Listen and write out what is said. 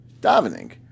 davening